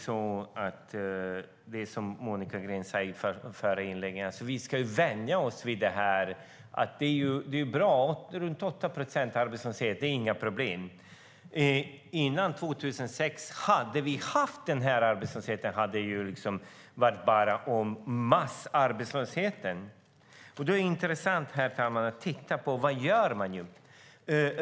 Som Monica Green sade ska vi tydligen vänja oss vid att runt 8 procents arbetslöshet inte är ett problem. Hade vi haft denna arbetslöshet före 2006 hade det talats om massarbetslöshet. Det är intressant att titta på vad regeringen gör.